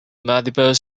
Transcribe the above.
multiple